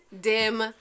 dim